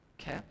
okay